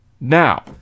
Now